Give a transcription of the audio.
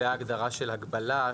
וההגדרה של "הגבלה",